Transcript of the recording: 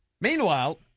Meanwhile